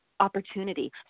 opportunity